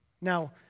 Now